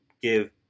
give